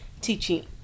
teaching